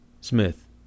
Smith